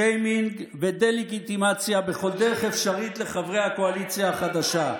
שיימינג ודה-לגיטימציה בכל דרך אפשרית לחברי הקואליציה החדשה.